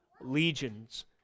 legions